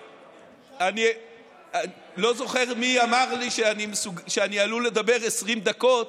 אני לא זוכר מי אמר לי שאני עלול לדבר 20 דקות,